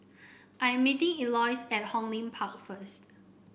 I'm meeting Elois at Hong Lim Park first